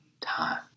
time